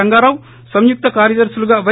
రంగరావు సంయుక్త కార్యదర్శులగా వై